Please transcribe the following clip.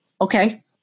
okay